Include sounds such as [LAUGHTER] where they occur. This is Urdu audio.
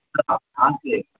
[UNINTELLIGIBLE]